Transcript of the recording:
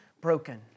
broken